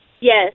Yes